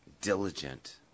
diligent